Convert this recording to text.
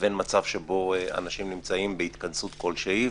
לבין מצב שבו אנשים נמצאים בהתכנסות כלשהי,